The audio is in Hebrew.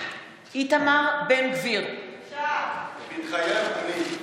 איתמר בן גביר, מתחייב אני בושה.